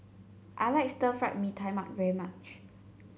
I like Stir Fried Mee Tai Mak very much